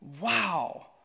Wow